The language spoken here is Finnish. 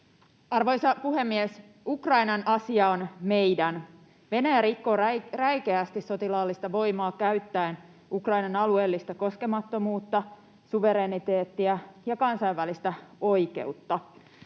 Arvoisa puhemies! Ukrainan asia on meidän. Venäjä rikkoo räikeästi sotilaallista voimaa käyttäen Ukrainan alueellista koskemattomuutta, suvereniteettia ja kansainvälistä oikeutta.